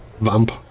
Vamp